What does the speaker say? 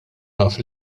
naf